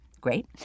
Great